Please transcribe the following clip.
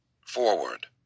Forward